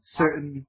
certain